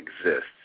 exists